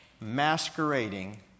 masquerading